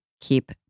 keep